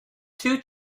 two